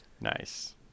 Nice